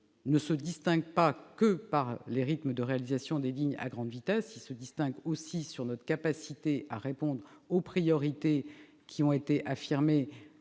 ne se distinguent pas seulement par les rythmes de réalisation des lignes à grande vitesse, mais aussi par leur capacité à répondre aux priorités qui ont été affirmées